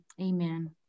Amen